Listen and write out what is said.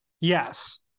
Yes